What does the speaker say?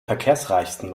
verkehrsreichsten